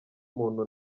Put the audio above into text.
muntu